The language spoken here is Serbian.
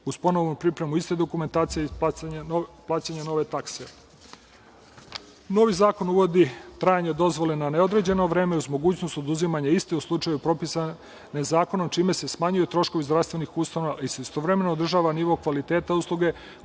uz ponovnu pripremu iste dokumentacije i plaćanja nove takse. Novi zakon uvodi trajanje dozvole na neodređeno vreme, uz mogućnost oduzimanja iste u slučaju propisanog zakonom, čime se smanjuju troškovi zdravstvenih ustanova i istovremeno se održava nivo kvaliteta usluge